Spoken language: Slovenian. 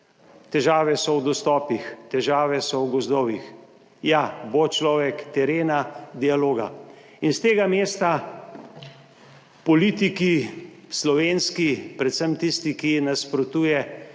težave so v dostopih, težave so v gozdovih. Ja, bo človek terena, dialoga. In s tega mesta politiki slovenski, predvsem tisti, ki ji nasprotuje,